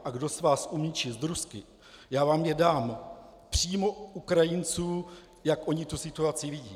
A kdo z vás umí číst rusky, já vám je dám přímo Ukrajinců, jak oni tu situaci vidí.